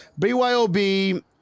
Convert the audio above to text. BYOB